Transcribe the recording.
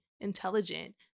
intelligent